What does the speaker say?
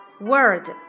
word